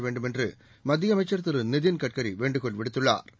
வேண்டுமென்று மத்திய அமைச்சள் திருநிதின் கட்கரி வேண்டுகோள் விடுத்துள்ளாா்